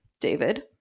David